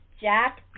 Jack